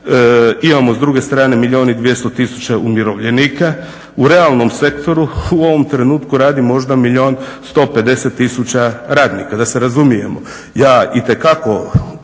imamo s druge strane 1 200 000 umirovljenika, u realnom sektoru u ovom trenutku radi možda 1 150 000 radnika. Da se razumijemo, ja itekako